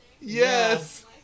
Yes